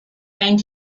and